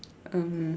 um